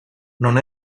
non